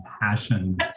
passion